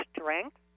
strength